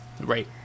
Right